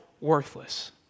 worthless